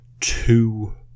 Two